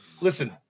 listen